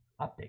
update